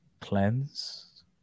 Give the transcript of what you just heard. cleanse